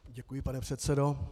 Děkuji, pane předsedo.